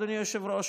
אדוני היושב-ראש,